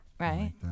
Right